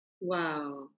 Wow